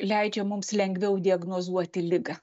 leidžia mums lengviau diagnozuoti ligą